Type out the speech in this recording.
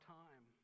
time